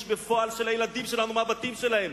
בפועל של הילדים שלנו מהבתים שלהם.